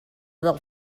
del